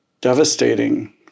devastating